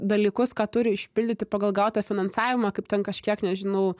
dalykus ką turi išpildyti pagal gautą finansavimą kaip ten kažkiek nežinau